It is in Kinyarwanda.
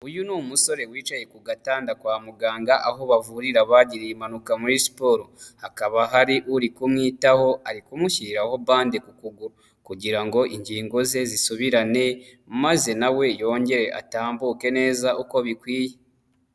Uyu ni umusore wicaye ku gatanda kwa muganga aho bavurira abagiriye impanuka muri siporo hakaba hari uri kumwitaho ari kumushyiriraho bande ku kuguru kugira ngo ingingo ze zisubirane maze na we yongere atambuke neza uko bikwiye.